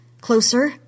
Closer